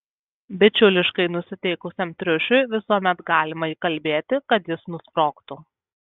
bičiuliškai nusiteikusiam triušiui visuomet galima įkalbėti kad jis nusprogtų